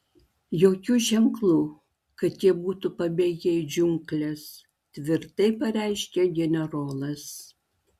jokių ženklų kad jie būtų pabėgę į džiungles tvirtai pareiškė generolas